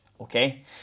okay